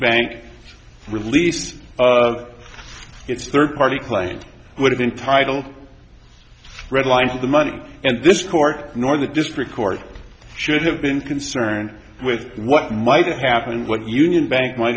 bank released its third party claims would have been titled redlines of the money and this court nor the district court should have been concerned with what might have happened what union bank might